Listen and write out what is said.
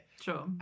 Sure